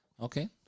okay